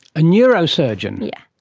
a neurosurgeon? yeah